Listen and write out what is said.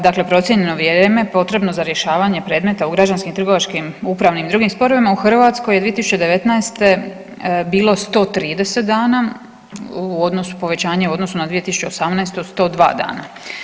Dakle, procijenjeno vrijeme potrebno za rješavanje predmeta u građanskim, trgovačkim, upravnim i drugim sporovima u Hrvatskoj je 2019. bilo 130 dana, u odnosu, povećanje u odnosu na 2018. od 102 dana.